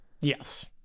yes